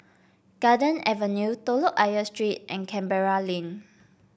Garden Avenue Telok Ayer Street and Canberra Link